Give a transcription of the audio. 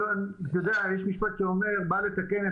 יש משפט שאומר בא לתקן,